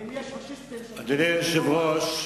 והוא טועה בגדול.